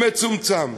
הוא מצומצם,